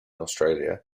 australia